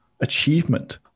achievement